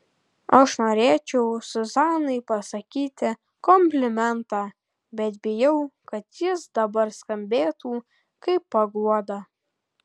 aš norėčiau zuzanai pasakyti komplimentą bet bijau kad jis dabar skambėtų kaip paguoda